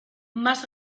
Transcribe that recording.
más